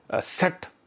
set